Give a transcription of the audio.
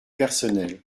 personnel